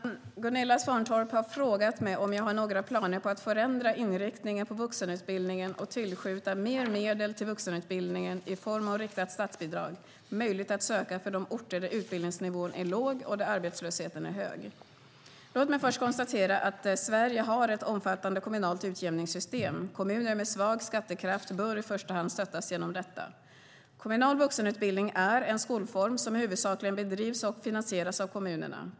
Herr talman! Gunilla Svantorp har frågat mig om jag har några planer på att förändra inriktningen på vuxenutbildningen och tillskjuta mer medel till vuxenutbildningen i form av riktat statsbidrag, möjligt att söka för de orter där utbildningsnivån är låg och där arbetslösheten är hög. Låt mig först konstatera att Sverige har ett omfattande kommunalt utjämningssystem. Kommuner med svag skattekraft bör i första hand stöttas genom detta. Kommunal vuxenutbildning är en skolform som huvudsakligen bedrivs och finansieras av kommunerna.